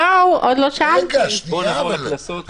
שאינו מקורה הכולל 20 חנויות או בתי עסק לפחות,